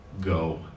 go